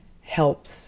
helps